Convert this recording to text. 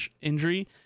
injury